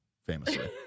Famously